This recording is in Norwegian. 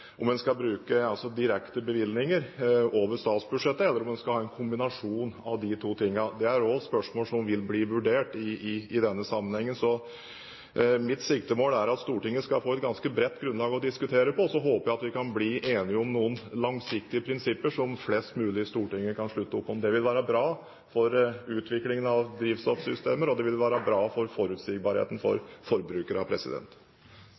om en skal bruke direkte bevilgninger over statsbudsjettet, eller om en skal ha en kombinasjon av de to tingene. Det er også spørsmål som vil bli vurdert i denne sammenhengen. Mitt siktemål er at Stortinget skal få et ganske bredt grunnlag å diskutere på. Så håper jeg at vi kan bli enige om noen langsiktige prinsipper, som flest mulig i Stortinget kan slutte opp om. Det vil være bra for utviklingen av drivstoffsystemer, og det vil være bra for forutsigbarheten